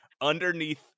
underneath